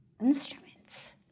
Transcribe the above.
instruments